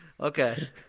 Okay